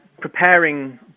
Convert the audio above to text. preparing